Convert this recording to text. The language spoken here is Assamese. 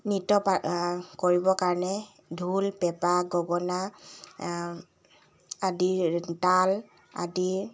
নৃত্য পা কৰিব কাৰণে ঢোল পেঁপা গগনা আদিৰ তাল আদিৰ